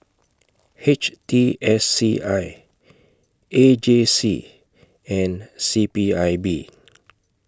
H T S C I A J C and C P I B